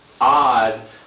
odd